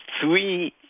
three